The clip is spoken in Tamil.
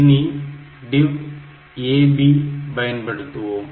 இனி DIV AB பயன்படுத்துவோம்